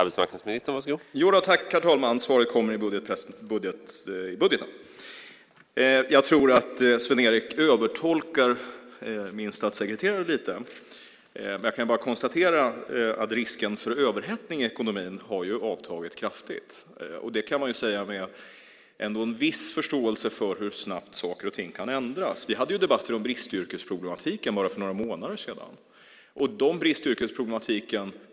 Herr talman! Ja, svaret kommer i budgeten. Jag tror att Sven-Erik övertolkar min statssekreterare lite. Jag kan bara konstatera att risken för överhettning i ekonomin har avtagit kraftigt. Det kan man säga med en viss förståelse för hur snabbt saker och ting kan ändras. Vi hade ju debatter om bristyrkesproblematiken för bara några månader sedan.